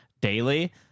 daily